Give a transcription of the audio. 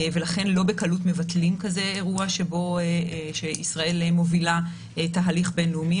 ולכן לא בקלות מבטלים כזה אירוע שישראל מובילה תהליך בין-לאומי.